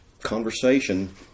conversation